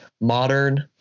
modern